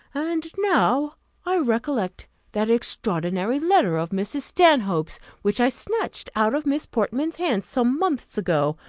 and now i recollect that extraordinary letter of mrs. stanhope's which i snatched out of miss portman's hands some months ago,